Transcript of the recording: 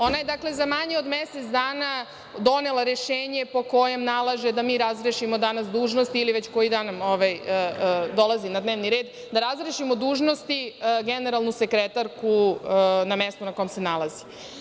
Ona je dakle za manje od mesec dana donela rešenja po kojem nalaže da mi razrešimo danas dužnosti ili koji dan već kako dolazi na dnevni red, da razrešimo dužnosti generalnu sekretarku na mestu na kome se nalazi.